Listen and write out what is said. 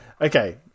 okay